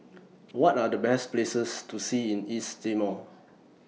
What Are The Best Places to See in East Timor